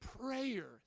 prayer